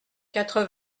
quatre